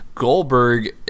Goldberg